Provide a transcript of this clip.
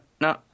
no